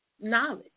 knowledge